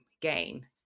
gain